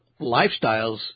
lifestyles